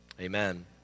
amen